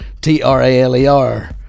T-R-A-L-E-R